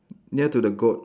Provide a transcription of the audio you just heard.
near to the goat